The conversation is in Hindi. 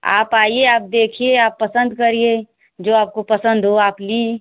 आप आइए आप देखिए आप पसंद करिए जो आपको पसंद हो आप ली